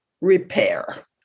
repair